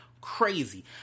crazy